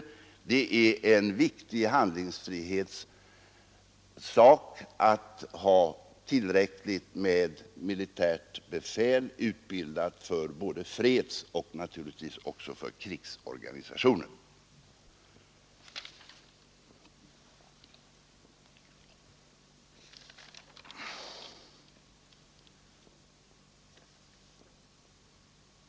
Det är viktigt för vår handlingsfrihet att vi har tillräckligt med militärt befäl, utbildat för både fredsoch naturligtvis också krigsorganisationen.